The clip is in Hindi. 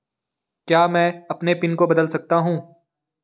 क्या मैं अपने पिन को बदल सकता हूँ?